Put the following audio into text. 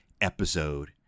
episode